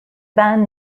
band